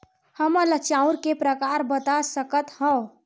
हमन ला चांउर के प्रकार बता सकत हव?